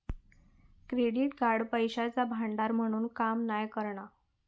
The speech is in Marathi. क्रेडिट कार्ड पैशाचा भांडार म्हणून काम नाय करणा